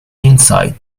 insight